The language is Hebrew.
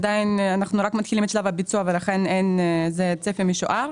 אנחנו רק מתחילים את שלב הביצוע ולכן זה צפי משוער.